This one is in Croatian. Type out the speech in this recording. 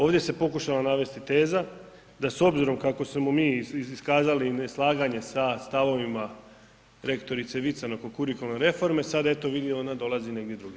Ovdje se pokušala navesti teza da s obzirom kako smo mi iskazali neslaganje sa stavovima rektorice Vican oko kurikularne reforme, sada eto vidi ona dolazi negdje drugdje.